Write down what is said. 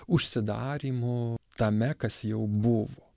užsidarymu tame kas jau buvo